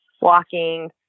walking